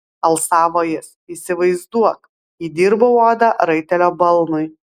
alsavo jis įsivaizduok įdirbau odą raitelio balnui